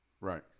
right